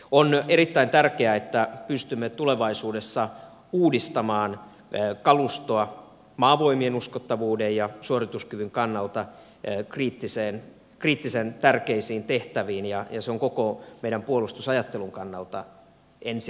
on erittäin tärkeää että pystymme tulevaisuudessa uudistamaan kalustoa maavoimien uskottavuuden ja suorituskyvyn kannalta kriittisen tärkeisiin tehtäviin ja se on koko meidän puolustusajattelumme kannalta ensiarvoisen tärkeätä